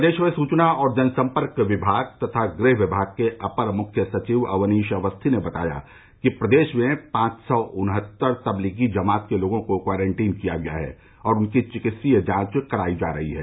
प्रदेश में सूचना और जनसंपर्क विभाग तथा गृह विभाग के अपर मुख्य सचिव अवनीश अवस्थी ने बताया कि प्रदेश में पांच सौ उनहत्तर तबलीगी जमात के लोगों को क्वारन्टीन किया गया है और उनकी चिकित्सकीय जाँच करायी जा रही है